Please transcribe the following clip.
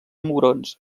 mugrons